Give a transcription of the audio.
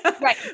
right